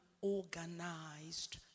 organized